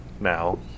now